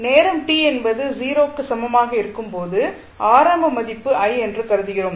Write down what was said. நேரம் t என்பது 0 க்கு சமமாக இருக்கும் போது ஆரம்ப மதிப்பு I என்று கருதுகிறோம்